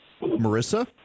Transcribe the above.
Marissa